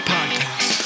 Podcast